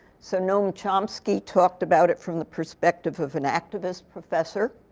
so noam chomsky talked about it from the perspective of an activist professor.